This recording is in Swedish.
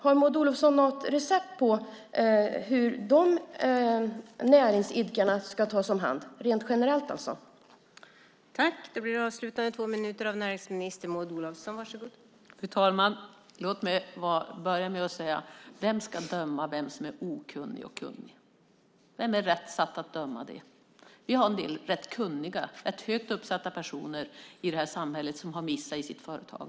Har Maud Olofsson något recept på hur dessa näringsidkare rent generellt ska tas om hand?